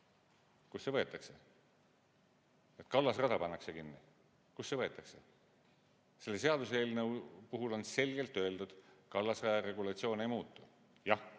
Kust see võetakse? Et kallasrada pannakse kinni. Kust see võetakse? Selle seaduseelnõu puhul on selgelt öeldud, et kallasraja regulatsioon ei muutu. Jah,